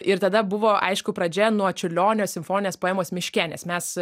ir tada buvo aišku pradžia nuo čiurlionio simfoninės poemos miške nes mes